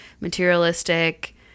materialistic